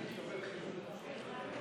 קבוצת סיעת יהדות